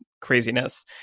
craziness